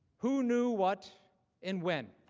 who knew what and when?